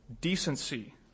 decency